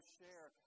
share